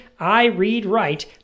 iReadWrite